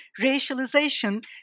racialization